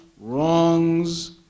wrongs